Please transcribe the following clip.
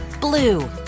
blue